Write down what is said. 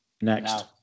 next